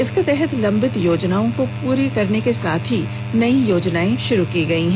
इसके तहत लंबित योजनाओं को पूरा करने के साथ ही नयी योजनाएं भी शुरू की गई हैं